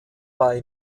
bei